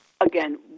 again